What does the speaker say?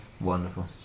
Wonderful